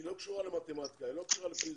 היא לא קשורה למתמטיקה, היא לא קשורה לפיזיקה,